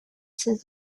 since